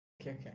okay